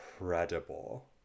incredible